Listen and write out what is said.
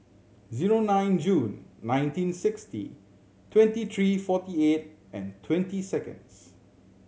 zero nine June nineteen sixty twenty three forty eight and twenty seconds